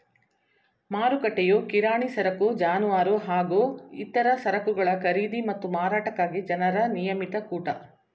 ಮಾರುಕಟ್ಟೆಯು ಕಿರಾಣಿ ಸರಕು ಜಾನುವಾರು ಹಾಗೂ ಇತರ ಸರಕುಗಳ ಖರೀದಿ ಮತ್ತು ಮಾರಾಟಕ್ಕಾಗಿ ಜನರ ನಿಯಮಿತ ಕೂಟ